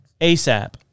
ASAP